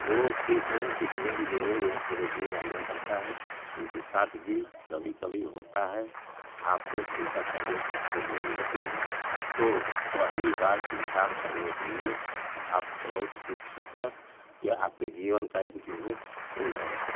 वह ठीक है कुछ लोग जिन्हें यहाँ पूरे दिन रहना पड़ता है उनके साथ भी कभी कभी होता है आपको चिन्ता करने की कोई ज़रूरत नहीं तो पहली बार मतदान करने के लिए आप बहुत उत्सुक हैं यह आपके जीवन का एक विशेष अनुभव है